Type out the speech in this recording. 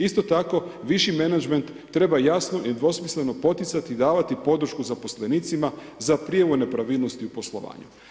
Isto tako, viši menadžment treba jasno i dvosmisleno poticati i davati podršku zaposlenicima za prijavu nepravilnosti u poslovanju.